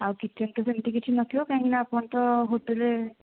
ଆଉ କିଚେନ୍ ତ ସେମିତି କିଛି ନଥିବ କାହିଁକି ନା ଆପଣ ତ ହୋଟେଲ